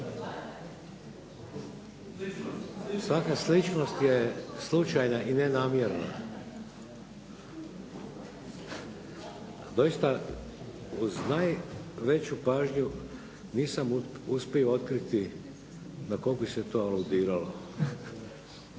Svaka sličnost je slučajna i nenamjerna. Pa doista uz najveću pažnju nisam uspio otkriti na kog bi se to aludiralo.